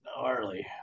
gnarly